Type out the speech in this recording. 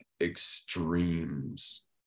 extremes